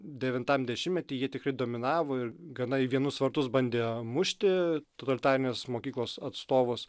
devintam dešimtmetyje ji tikrai dominavo ir gana į vienus vartus bandė mušti totalitarinės mokyklos atstovus